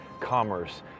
commerce